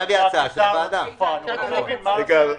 אני אסביר.